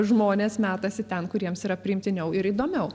žmonės metasi ten kur jiems yra priimtiniau ir įdomiau